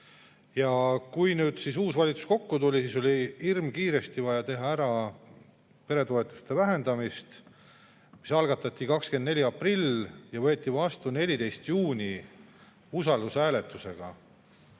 lugeda. Kui uus valitsus kokku tuli, siis oli hirmkiiresti vaja teha ära peretoetuste vähendamine, mis algatati 24. aprillil ja võeti vastu 14. juunil usaldushääletusega.